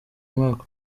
umwaka